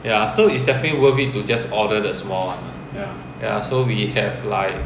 ya so it's definitely worth it to just order the small one lah ya so we have like